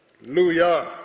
Hallelujah